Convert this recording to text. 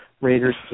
Raiders